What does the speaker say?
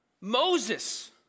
Moses